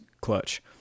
clutch